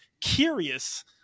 curious